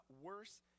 worse